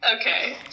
okay